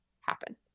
happen